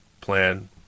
plan